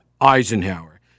Eisenhower